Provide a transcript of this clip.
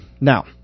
now